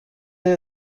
you